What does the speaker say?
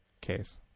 case